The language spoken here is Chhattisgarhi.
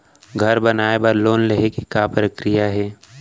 घर बनाये बर लोन लेहे के का प्रक्रिया हे?